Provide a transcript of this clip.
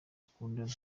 bakundana